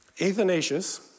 Athanasius